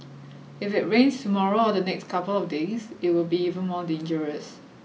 if it rains tomorrow or the next couple of days it will be even more dangerous